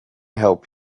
help